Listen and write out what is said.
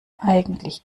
eigentlich